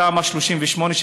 בתמ"א 38,